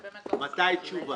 מתי תהיה תשובה?